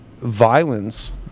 violence